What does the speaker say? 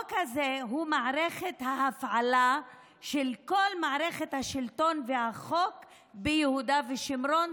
החוק הזה הוא מערכת ההפעלה של כל מערכת השלטון והחוק ביהודה ושומרון.